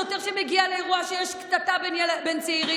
שוטר שמגיע לאירוע כשיש קטטה בין צעירים,